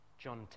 John